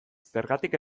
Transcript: zergatik